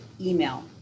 email